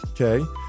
okay